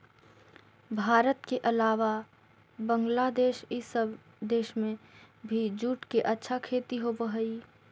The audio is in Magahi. भारत के अलावा बंग्लादेश इ सब देश में भी जूट के अच्छा खेती होवऽ हई